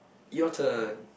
your turn